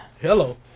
Hello